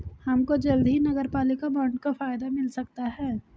हमको जल्द ही नगरपालिका बॉन्ड का फायदा मिल सकता है